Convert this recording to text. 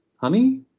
honey